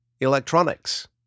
Electronics